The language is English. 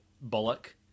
Bullock